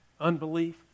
unbelief